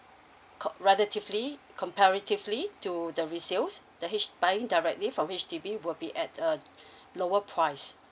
co~ relatively comparatively to the resales the H~ buying directly from H_D_B will be at a lower price